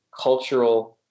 cultural